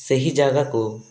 ସେହି ଜାଗାକୁ